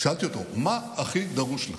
שאלתי אותו: מה הכי דרוש לך?